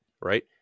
Right